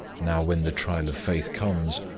now when the trial of faith comes,